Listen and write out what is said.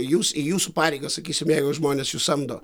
jūs į jūsų pareigas sakysim jeigu žmonės jus samdo